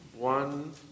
One